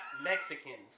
Mexicans